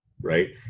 right